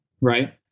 right